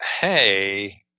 hey